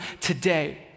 today